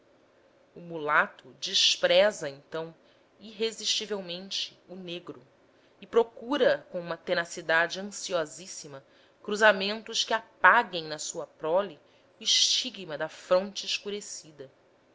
o mulato despreza então irresistivelmente o negro e procura com uma tenacidade ansiosíssima cruzamentos que apaguem na sua prole o estigma da fronte escurecida